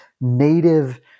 native